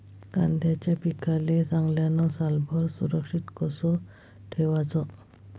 कांद्याच्या पिकाले चांगल्यानं सालभर सुरक्षित कस ठेवाचं?